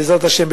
בעזרת השם,